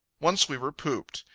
once we were pooped.